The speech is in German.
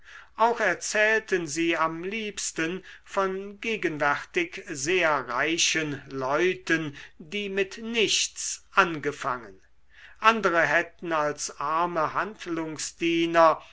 auch erzählten sie am liebsten von gegenwärtig sehr reichen leuten die mit nichts angefangen andere hätten als arme